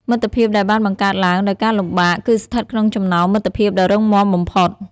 មិត្តភាពដែលបានបង្កើតឡើងដោយការលំបាកគឺស្ថិតក្នុងចំណោមមិត្តភាពដ៏រឹងមាំបំផុត។